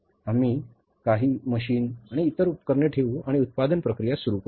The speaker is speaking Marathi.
आम्ही काही मशीन आणि इतर उपकरणे ठेवू आणि उत्पादन प्रक्रिया सुरू करू